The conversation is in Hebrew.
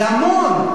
זה המון.